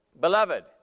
Beloved